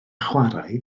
chwarae